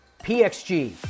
PXG